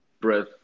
breath